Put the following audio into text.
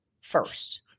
first